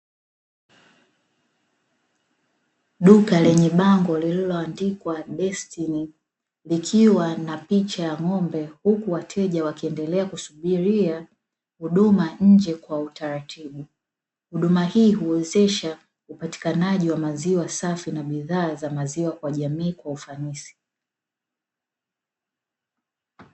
Duka lenye bango lililoandikwa Destini. Likiwa na picha ya ng'ombe, huku wateja wakiendelea kusubiria huduma nje kwa utaratibu. Huduma hii huwezesha upatikanaji wa maziwa safi na bidhaa za maziwa kwa jamii kwa ufanisi.